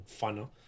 funner